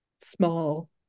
small